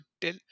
tell